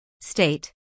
State